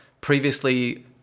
previously